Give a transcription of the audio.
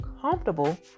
comfortable